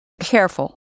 careful